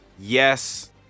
Yes